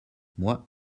moi